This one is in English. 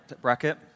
bracket